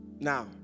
now